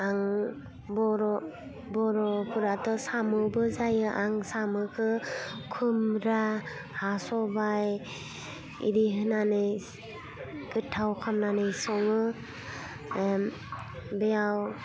आं बर' बर'फ्राथ' सामुबो जायो आं साम'खौ खुमब्रा हा सबाइ बिदि होनानै गोथाव खालामनानै सङो बेयाव